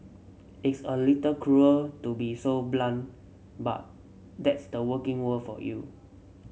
it's a little cruel to be so blunt but that's the working world for you